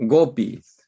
Gopis